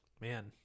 man